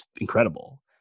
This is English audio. incredible